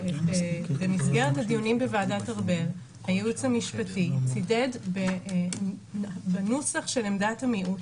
במסגרת הדיונים בוועדת ארבל הייעוץ המשפטי צידד בנוסח של עמדת המיעוט,